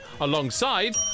alongside